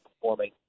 performing